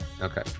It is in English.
Okay